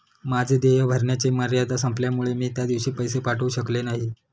माझे देय भरण्याची मर्यादा संपल्यामुळे मी त्या दिवशी पैसे पाठवू शकले नाही